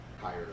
higher